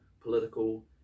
political